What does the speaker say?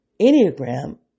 Enneagram